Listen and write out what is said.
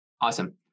Awesome